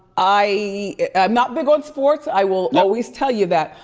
i am not big on sports, i will always tell you that,